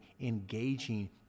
engaging